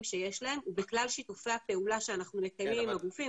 שיש להם ובכלל שיתופי הפעולה שאנחנו מקיימים עם הגופים,